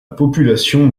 population